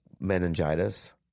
meningitis